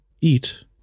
eat